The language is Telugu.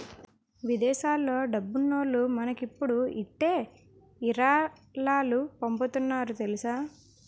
విదేశాల్లో డబ్బున్నోల్లు మనకిప్పుడు ఇట్టే ఇరాలాలు పంపుతున్నారు తెలుసా